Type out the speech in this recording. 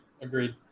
Agreed